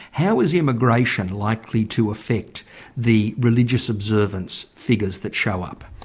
how is immigration likely to affect the religious observance figures that show up?